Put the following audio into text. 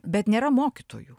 bet nėra mokytojų